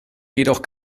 jedoch